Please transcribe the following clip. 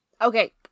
Okay